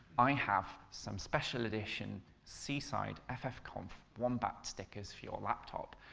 i have some special edition seaside ffconf wombat stickers for your laptop.